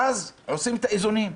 ואז עושים את האיזונים,